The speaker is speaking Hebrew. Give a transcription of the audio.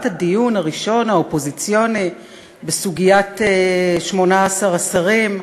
הדיון הראשון האופוזיציוני בסוגיית 18 השרים.